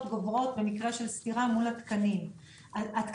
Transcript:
גוברות במקרה של סתירה מול התקנים הרשמיים.